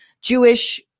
Jewish